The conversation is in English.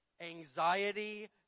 anxiety